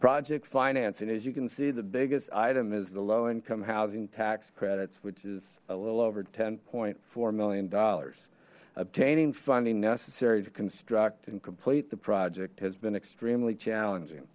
project financing as you can see the biggest item is the low income housing tax credits which is a little over ten point four million dollars obtaining funding necessary to construct and complete the project has been extremely challenging